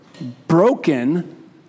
broken